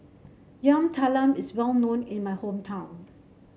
Yam Talam is well known in my hometown